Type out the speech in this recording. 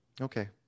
Okay